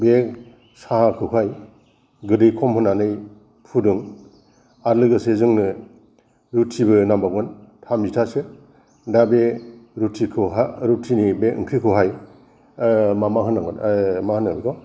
बे साहाखौहाय गोदै खम होनानै फुदुं आरो लोगोसे जोंनो रुथिबो नांबावगोन थामजिथासो दा बे रुथिखौहा रुथिनि बे ओंख्रिखौहाय मा मा होनांगोन मा होनो बेखौ